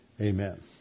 Amen